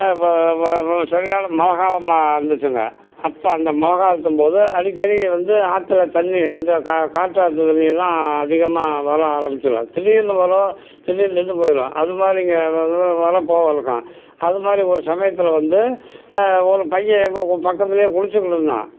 அப்போ சரியான மழை காலமாக இருந்துச்சுங்க அப்போ அந்த மழை காலத்தும்போது அடிக்கடி வந்து ஆற்றுல தண்ணி இந்த கா காட்டாத்து தண்ணி எல்லாம் அதிகமாக வர்ற ஆரம்பிச்சுரும் திடீர்னு வரும் திடீர்னு நின்று போயிடும் அது மாதிரி இங்க வர்ற போக இருக்கும் அது மாதிரி ஒரு சமயத்தில் வந்து ஒரு பையன் எங்கள் பக்கத்திலயே குளிச்சுக்கிட்டு இருந்தான்